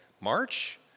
March